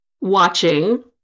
watching